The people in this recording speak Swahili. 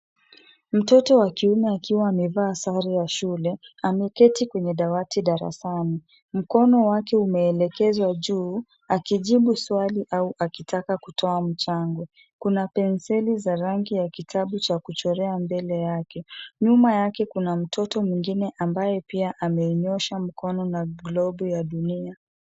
Mtoto wa kiume akiwa amevaa sare za shule. Ameketi kwenye dawati darasani. Mkono wake umeelekezwa juu, akijibu swali au akitaka kutoa mchango. Kuna penseli za rangi ya kitabu cha kuchorea mbele yake. Nyuma yake kuna mtoto mwingine ambaye pia amenyoosha mkono na globu ya dunia.